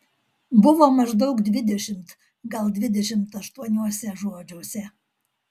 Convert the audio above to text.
buvo maždaug dvidešimt gal dvidešimt aštuoniuose žodžiuose